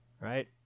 Right